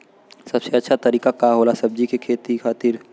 सबसे अच्छा तरीका का होला सब्जी के खेती खातिर?